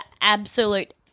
absolute